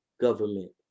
government